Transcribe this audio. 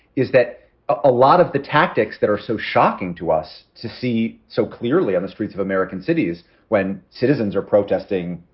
is that a lot of the tactics that are so shocking to us to see so clearly on the streets of american cities when citizens are protesting,